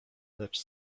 lecz